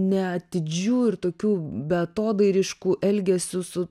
neatidžiu ir tokiu beatodairišku elgesiu su